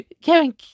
Kevin